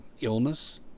illness